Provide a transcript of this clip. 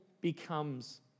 becomes